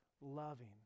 loving